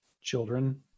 children